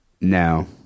No